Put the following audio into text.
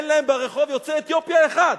אין להם ברחוב יוצא אתיופיה אחד.